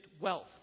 wealth